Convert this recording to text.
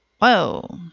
Whoa